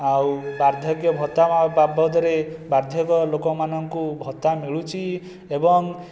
ଆଉ ବାର୍ଦ୍ଧକ୍ୟ ଭତ୍ତା ବାବଦରେ ବାର୍ଦ୍ଧକ୍ୟ ଲୋକମାନଙ୍କୁ ଭତ୍ତା ମିଳୁଛି ଏବଂ